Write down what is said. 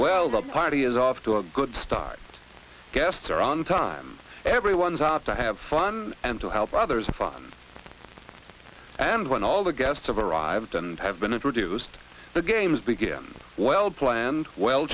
well the party is off to a good start guests are on time everyone's out to have fun and to help others fun and when all the guests arrive have been introduced the games begin well planned well